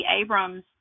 abrams